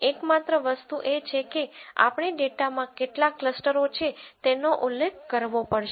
એકમાત્ર વસ્તુ એ છે કે આપણે ડેટામાં કેટલા ક્લસ્ટરો છે તેનો ઉલ્લેખ કરવો પડશે